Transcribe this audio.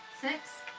Six